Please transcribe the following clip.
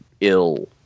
ill